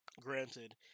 granted